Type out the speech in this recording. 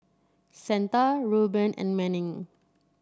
Santa Reuben and Manning